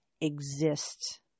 exist